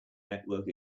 network